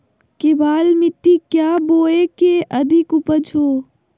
केबाल मिट्टी क्या बोए की अधिक उपज हो?